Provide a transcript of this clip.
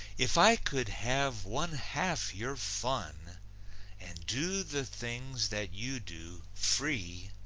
if i could have one-half your fun and do the things that you do, free,